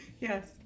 Yes